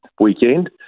weekend